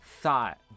thought